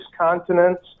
continents